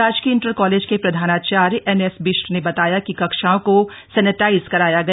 राजकीय inter college के प्रधानाचार्य एन एस बिष्ट ने बताया कि कक्षाओं को सब्रेटाइज कराया गया